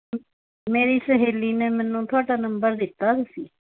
ਮੇਰੀ ਸਹੇਲੀ ਨੇ ਮੈਨੂੰ ਤੁਹਾਡਾ ਨੰਬਰ ਦਿੱਤਾ ਸੀ